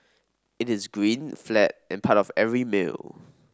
it is green flat and part of every meal